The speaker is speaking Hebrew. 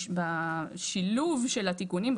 בשילוב של התיקונים,